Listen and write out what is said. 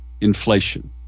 inflation